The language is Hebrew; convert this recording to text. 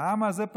העם הזה,